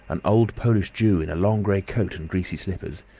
an old polish jew in a long grey coat and greasy slippers.